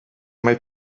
mae